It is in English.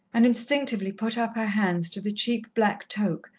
and instinctively put up her hands to the cheap black toque,